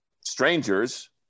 strangers